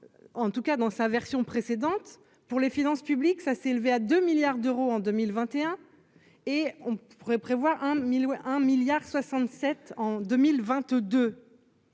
en tout cas dans sa version précédente pour les finances publiques, ça s'élever à 2 milliards d'euros en 2021 et on pourrait prévoir un mille un